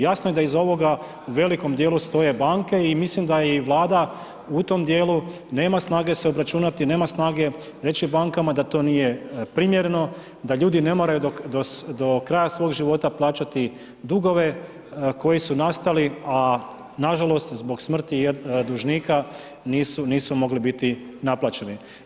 Jasno je da iz ovoga u velikom dijelu stoje banke i mislim da je i Vlada u tom dijelu nema snage se obračunati, nema snage reći bankama da to nije primjereno, da ljudi ne moraju do kraja svog života plaćati dugove koji su nastali, a nažalost zbog smrti dužnika nisu mogli biti naplaćeni.